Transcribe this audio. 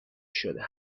شدم